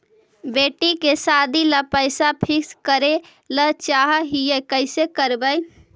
बेटि के सादी ल पैसा फिक्स करे ल चाह ही कैसे करबइ?